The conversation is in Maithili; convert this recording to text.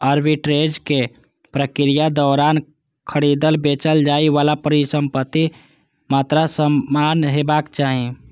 आर्बिट्रेजक प्रक्रियाक दौरान खरीदल, बेचल जाइ बला संपत्तिक मात्रा समान हेबाक चाही